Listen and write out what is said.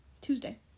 Tuesday